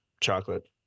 chocolate